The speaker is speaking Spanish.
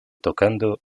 tocando